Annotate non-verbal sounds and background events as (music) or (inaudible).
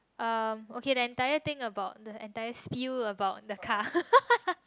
um okay the entire thing about the entire spill about the car (laughs)